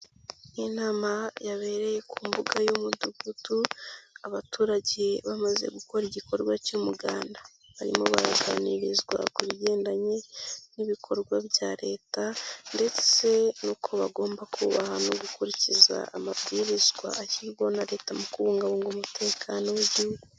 Ni inama yabereye ku mbuga y'umudugudu, abaturage bamaze gukora igikorwa cy'umuganda, barimo baraganirizwa ku bigendanye n'ibikorwa bya leta ndetse n'uko bagomba kubaha no gukurikiza amabwizwa ashyirwaho na leta mu kubungabunga umutekano w'igihugu.